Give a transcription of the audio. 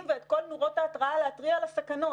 ואת כל נורות ההתראה להתריע על הסכנות,